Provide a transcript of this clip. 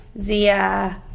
Zia